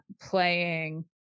playing